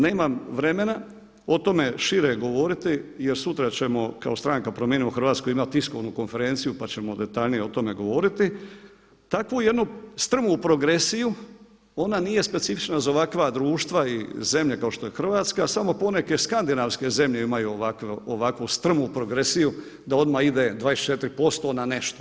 Nemam vremena o tome šire govoriti jer sutra ćemo kao stranka Promijenimo Hrvatsku imati tiskovnu konferenciju pa ćemo detaljnije o tome govoriti, takvu jednu strmu progresiju, ona nije specifična za ovakva društva i zemlje kao što je Hrvatska, samo poneke skandinavske zemlje imaju ovakvu strmu progresiju da odmah ide 24% na nešto.